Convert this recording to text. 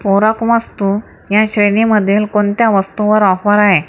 पूरक वस्तू या श्रेणीमधील कोणत्या वस्तूवर ऑफर आहे